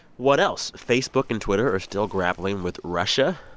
what else? facebook and twitter are still grappling with russia.